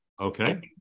Okay